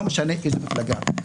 לא משנה באיזה מפלגה,